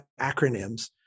acronyms